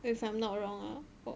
if I'm not wrong ah